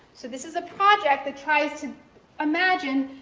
so this is a project that tries to imagine,